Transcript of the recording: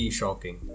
shocking